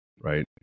right